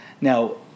Now